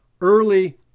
early